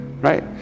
right